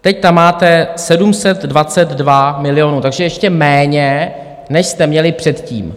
Teď tam máte 722 milionů, takže ještě méně, než jste měli předtím.